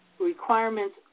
requirements